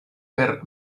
per